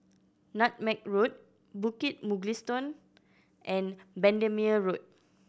Nutmeg Road Bukit Mugliston and Bendemeer Road